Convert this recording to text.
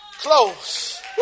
close